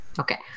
Okay